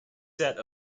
set